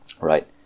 right